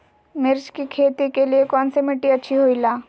मिर्च की खेती के लिए कौन सी मिट्टी अच्छी होईला?